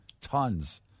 Tons